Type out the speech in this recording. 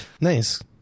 nice